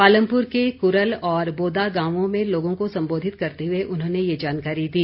पालमपुर के कुरल और बोदा गांव में लोगों को संबोधित करते हुए उन्होंने ये जानकारी दी